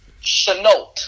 Chenault